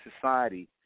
society